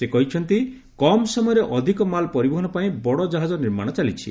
ସେ କହିଛନ୍ତି କମ୍ ସମୟରେ ଅଧିକ ମାଲ ପରିବହନ ପାଇଁ ବଡ ଜାହାଜ ନିର୍ମାଣ ଚାଲିଛି